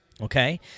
Okay